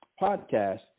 podcast